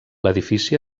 l’edifici